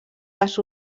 les